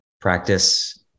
practice